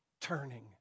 turning